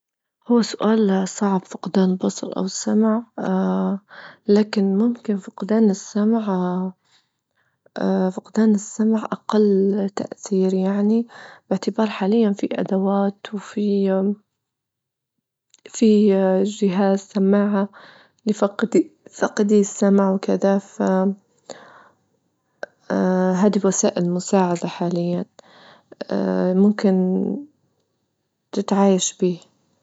هو سؤال صعب فقدان البصر أو السمع، لكن ممكن فقدان السمع فقدان السمع أقل تأثير يعني باعتبار حاليا في أدوات وفي-في جهاز سماعة لفاقدي-فاقدى السمع وكذا فاه هذه وسائل المساعدة حاليا اه ممكن تتعايش بيه.